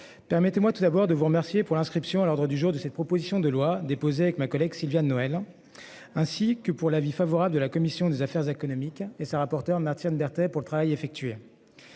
Permettez-moi tout d'abord de vous remercier pour l'inscription à l'ordre du jour de cette proposition de loi déposée avec ma collègue Sylviane Noël ainsi que pour l'avis favorable de la commission des affaires économiques et sa rapporteure maintien d'RTL pour le travail effectué.